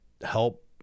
help